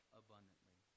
abundantly